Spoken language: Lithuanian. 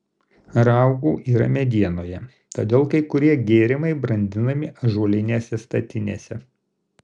raugų yra medienoje todėl kai kurie gėrimai brandinami ąžuolinėse statinėse